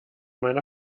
meiner